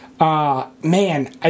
Man